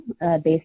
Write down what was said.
based